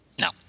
No